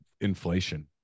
inflation